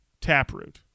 Taproot